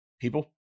people